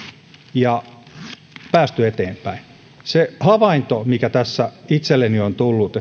ja olemme päässeet eteenpäin se havainto mikä tässä tavallaan itselleni on tullut